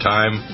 Time